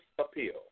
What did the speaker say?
appeal